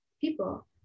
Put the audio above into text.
people